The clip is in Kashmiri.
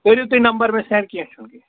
کٔرِو تُہۍ نمبَر مےٚ سیٚنٛڈ کیٚنٛہہ چھُنہٕ